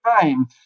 time